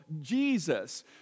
Jesus